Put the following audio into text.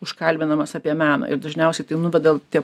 užkalbinamas apie meną ir dažniausiai tai nuveda tie